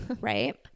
right